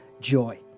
joy